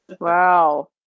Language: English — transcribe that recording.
Wow